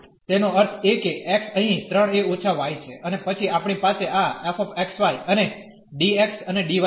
તેથી તેનો અર્થ એ કે x અહીં 3 a− y છે અને પછી આપણી પાસે આ f x y અને dx અને dy છે